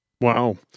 Wow